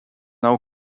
now